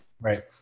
Right